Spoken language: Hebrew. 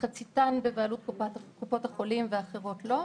מחציתן בבעלות קופות החולים ואחרות לא.